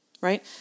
right